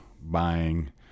buying